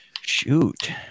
Shoot